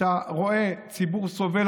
אתה רואה ציבור סובל.